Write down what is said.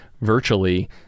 virtually